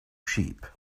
sheep